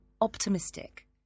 optimistic